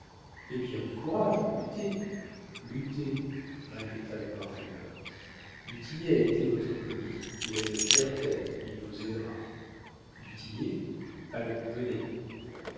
eh bien du courage luttez luttez répéta le parfumeur du tillet a été votre commis il a une fière tête il vous aidera du tillet allons venez